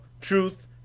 truth